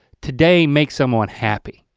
today make someone happy.